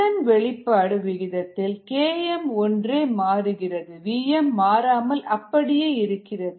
இதன் வெளிப்பாடு விகிதத்தில் Km ஒன்றே மாறுகிறது vm மாறாமல் அப்படியே இருக்கிறது